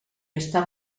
està